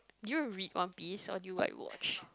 you read One-Piece or you like watch